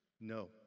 no